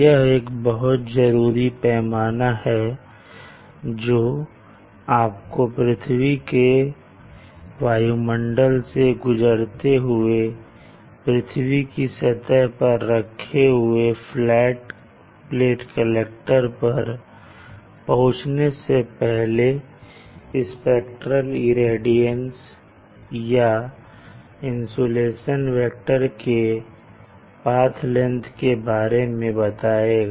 यह एक बहुत जरूरी पैमाना है जो आपको पृथ्वी के वायुमंडल से गुजरते हुए पृथ्वी की सतह पर रखे हुए फ्लैट प्लेट कलेक्टर पर पहुंचने से पहले स्पेक्ट्रेल इरेडियंस या इंसुलेशन वेक्टर के पाथ लेंगथ के बारे में बताएगा